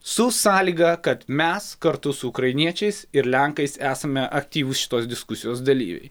su sąlyga kad mes kartu su ukrainiečiais ir lenkais esame aktyvūs šitos diskusijos dalyviai